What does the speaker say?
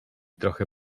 trochę